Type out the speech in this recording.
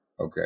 Okay